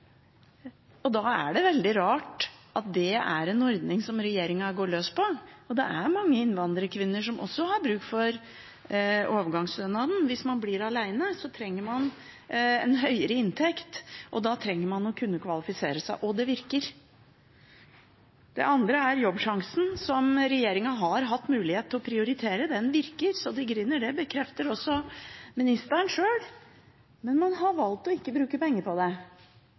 bedre. Da er det veldig rart at det er en ordning som regjeringen går løs på. Det er mange innvandrerkvinner som også har bruk for overgangsstønad. Hvis man blir alene, trenger man høyere inntekt, og da trenger man å kunne kvalifisere seg. Og det virker. Det andre er Jobbsjansen, som regjeringen har hatt mulighet til å prioritere. Den virker så det griner, det bekrefter også ministeren selv, men man har valgt ikke å bruke penger på det.